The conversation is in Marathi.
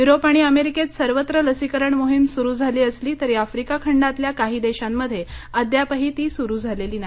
युरोप आणि अमेरिकेत सर्वत्र लसीकरण मोहीम सुरू झाली असली तरी आफ्रिका खंडातल्या काही देशांमध्ये अद्यापही ती सुरू झालेली नाही